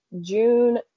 June